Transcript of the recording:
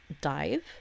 Dive